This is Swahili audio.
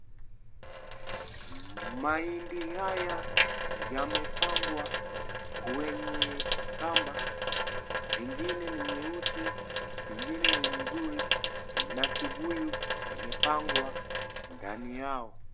Mahindi haya yamepangwa kwenye kamba, zingine ni nyeusi, zingine ni nzuri, na kibuyu imepangwa ndani yao.